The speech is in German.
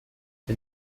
der